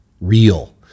real